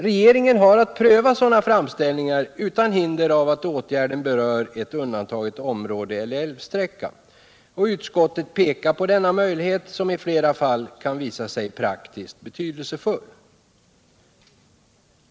Regeringen har att pröva sådana framställningar utan hinder av att åtgärden berör ett undantaget område eller en undantagen älvsträcka. Utskottet pekar på denna möjlighet som i flera fall kan visa sig praktiskt betydelsefull.